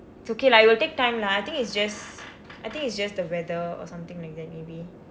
it's okay lah it will take time lah I think it's just I think it's just the weather or something like that maybe